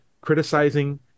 criticizing